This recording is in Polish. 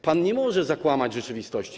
Pan nie może zakłamać rzeczywistości.